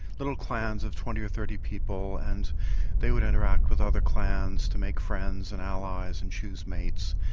little clans of twenty or thirty people, and they would interact with other clans to make friends and allies and choose mates.